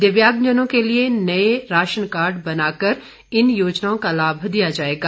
दिव्यांगजनों के लिये नए राशन कार्ड बनाकर इन योजनाओं का लाभ दिया जाएगा